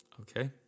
Okay